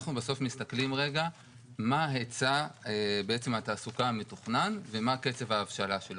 אנחנו בסוף מסתכלים מה היצע התעסוקה המתוכנן ומה קצב ההבשלה שלו,